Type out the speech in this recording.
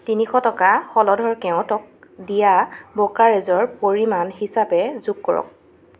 তিনিশ টকা হলধৰ কেওটক দিয়া ব্ৰ'কাৰেজৰ পৰিমাণ হিচাপে যোগ কৰক